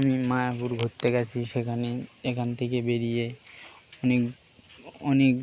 আমি মায়াপুর গিয়েছি সেখানে এখান থেকে বেরিয়ে অনেক অনেক